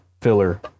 filler